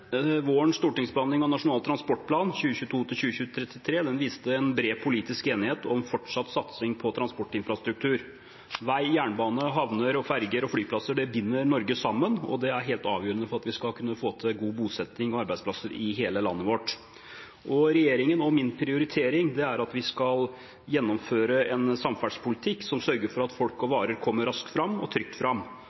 stortingsbehandling av Nasjonal transportplan for 2022–2033 viste en bred politisk enighet om fortsatt satsing på transportinfrastruktur. Vei, jernbane, havner, ferger og flyplasser binder Norge sammen, og det er helt avgjørende for at vi skal kunne få til god bosetting og arbeidsplasser i hele landet vårt. Regjeringens og min prioritering er at vi skal gjennomføre en samferdselspolitikk som sørger for at folk og varer kommer raskt og trygt fram.